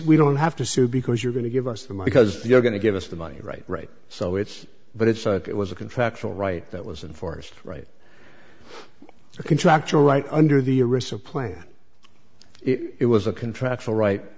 we don't have to sue because you're going to give us the my because you're going to give us the money right right so it's but it's it was a contractual right that was in force right contractual right under the arisa plan it was a contractual right